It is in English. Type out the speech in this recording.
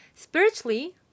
Spiritually